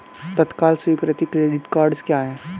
तत्काल स्वीकृति credit cards क्या हैं?